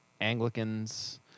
Anglicans